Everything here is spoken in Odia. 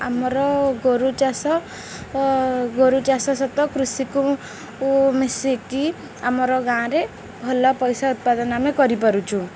ଆମର ଗୋରୁ ଚାଷ ଗୋରୁ ଚାଷ ସହିତ କୃଷିକୁ ମିଶିକି ଆମର ଗାଁରେ ଭଲ ପଇସା ଉତ୍ପାଦନ ଆମେ କରିପାରୁଛୁ